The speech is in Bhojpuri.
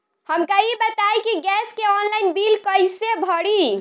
हमका ई बताई कि गैस के ऑनलाइन बिल कइसे भरी?